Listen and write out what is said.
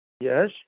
Yes